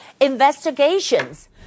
investigations